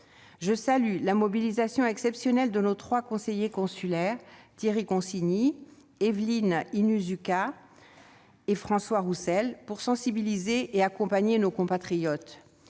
Je salue la mobilisation exceptionnelle de nos trois conseillers consulaires, Thierry Consigny, Evelyne lnuzuka et François Roussel, pour sensibiliser et accompagner nos compatriotes.